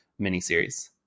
miniseries